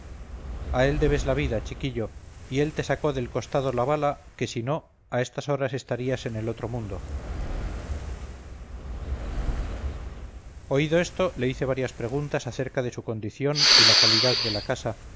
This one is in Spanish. a él debes la vida chiquillo y él te sacó del costado la bala que si no a estas horas estarías en el otro mundo oído esto le hice varias preguntas acerca de su condición y la calidad de la casa